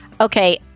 Okay